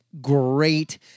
great